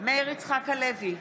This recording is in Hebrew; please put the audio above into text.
מאיר יצחק הלוי,